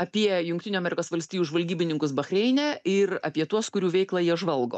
apie jungtinių amerikos valstijų žvalgybininkus bachreine ir apie tuos kurių veiklą jie žvalgo